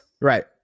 Right